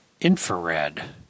infrared